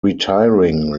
retiring